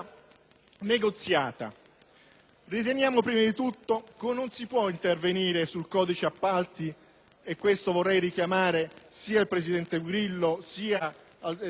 Riteniamo prima di tutto che non si può intervenire sul codice appalti - vorrei richiamare sull'argomento sia il presidente Grillo sia il senatore Cicolani